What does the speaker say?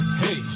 hey